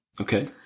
Okay